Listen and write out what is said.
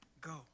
go